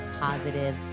positive